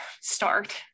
start